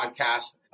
podcast